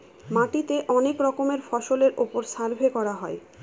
মাটিতে অনেক রকমের ফসলের ওপর সার্ভে করা হয়